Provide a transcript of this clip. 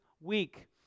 Week